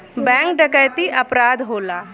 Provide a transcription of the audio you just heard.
bank डकैती अपराध होला